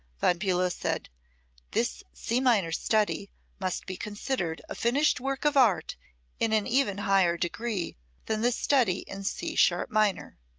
von bulow said this c minor study must be considered a finished work of art in an even higher degree than the study in c sharp minor.